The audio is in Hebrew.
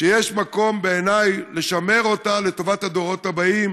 שיש מקום, בעיניי, לשמר אותה לטובת הדורות הבאים,